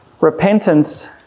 Repentance